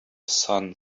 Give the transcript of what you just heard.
son